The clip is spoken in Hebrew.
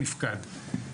נפקד.